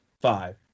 five